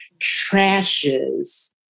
trashes